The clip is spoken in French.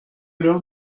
l’heure